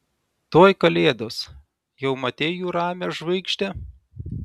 tuoj kalėdos jau matei jų ramią žvaigždę